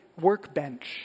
workbench